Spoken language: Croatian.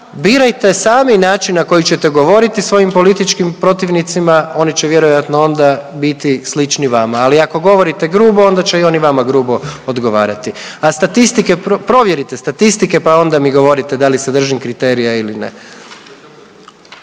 Birajte sami način na koji ćete govoriti svojim političkim protivnicima, oni će onda vjerojatno onda biti slični vama, ali ako govorite grubo onda će i oni vama grubo odgovarati. A statistike, provjerite statistike pa onda mi govorite da li se držim kriterija ili ne.